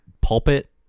pulpit